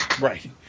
Right